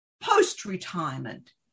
post-retirement